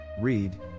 Read